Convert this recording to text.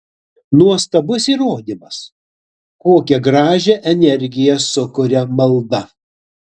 nuostabus įrodymas kokią gražią energiją sukuria malda